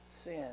sin